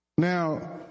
Now